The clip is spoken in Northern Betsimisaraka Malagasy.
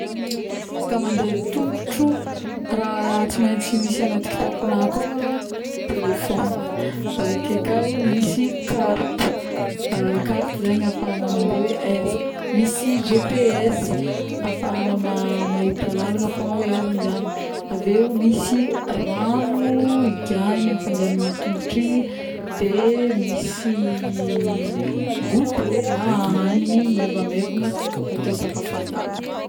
izy ka mandeha tongotro raha tsy maintsy misy agnaty kitaponaha akao malôho telephone, aveke kao misy carte, carte zegny afahagnao mande hoe aiza, misy GPS afahagna mahita lalagna fogna hoe aiza andiagnana, avieo misy ragno igiahagna amin'ny fandehanagna tongotra igny, de misy gouté na hagniny maivamaivagna atao sakafo an-dalagna